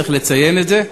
צריך לציין את זה.